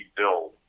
build